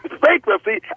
bankruptcy